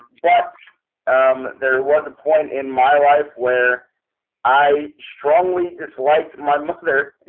but um there was a point in my life where i strongly disliked my mother.